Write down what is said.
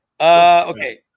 Okay